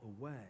away